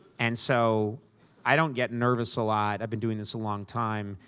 and so i don't get nervous a lot. i've been doing this a long time.